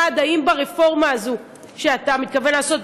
1. האם ברפורמה הזו שאתה מתכוון לעשות,